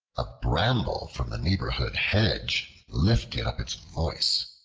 a bramble from the neighboring hedge lifted up its voice,